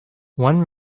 one